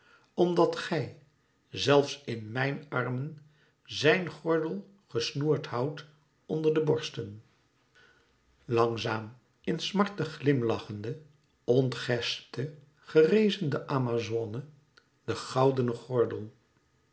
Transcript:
omdat gij zelfs in mijn armen zijn gordel gesnoerd houdt onder de borsten langzaam in smarte glimlachende ontgespte gerezen de amazone den goudenen gordel